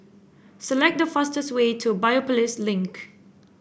select the fastest way to Biopolis Link